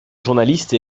journaliste